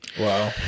Wow